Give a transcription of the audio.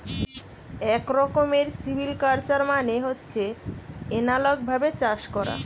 এক রকমের সিভিকালচার মানে হচ্ছে এনালগ ভাবে চাষ করা